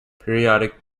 periodic